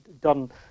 done